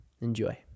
Enjoy